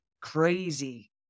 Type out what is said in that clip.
crazy